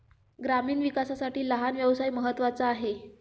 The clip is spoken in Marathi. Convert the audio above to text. ग्रामीण विकासासाठी लहान व्यवसाय महत्त्वाचा आहे